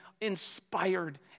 inspired